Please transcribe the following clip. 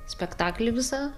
spektaklį visą